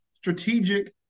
strategic